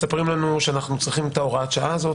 מספרים לנו שאנחנו צריכים את הוראת השעה הזאת,